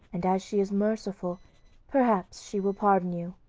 and as she is merciful perhaps she will pardon you.